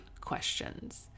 questions